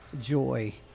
joy